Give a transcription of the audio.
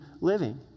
living